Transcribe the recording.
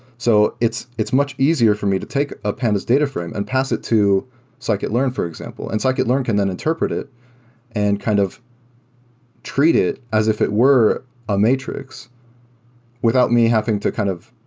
so it's it's much easier for me to take a pandas data frame and pass it to scikit-learn for example, and scikit-learn can then interpret it and kind of treat it as if it were a matrix matrix without me having to kind of